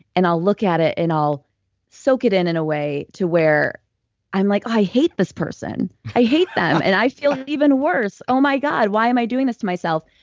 and i'll look at it, and i'll soak it in in a way to where i'm like, oh, i hate this person. i hate them, and i feel even worse. oh, my god, why am i doing this to myself?